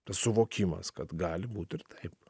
tas suvokimas kad gali būt ir taip